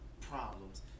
Problems